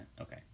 Okay